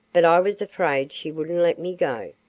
but i was afraid she wouldn't let me go.